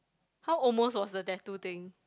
how almost was the tattoo thing